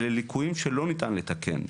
אלה ליקויים שלא ניתן לתקן.